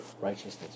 righteousness